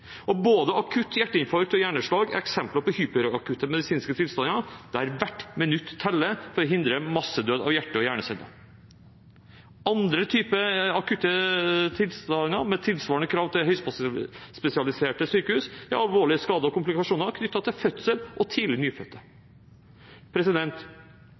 Tromsø. Både akutt hjerteinfarkt og hjerneslag er eksempler på hyperakutte medisinske tilstander der hvert minutt teller for å hindre massedød av hjerte- og hjerneceller. Andre typer akutte tilstander med tilsvarende krav til høyspesialiserte sykehus er alvorlige skader og komplikasjoner knyttet til fødsel og for tidlig